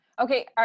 Okay